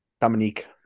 Dominique